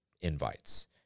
invites